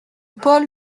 paul